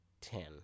Ten